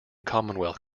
commonwealth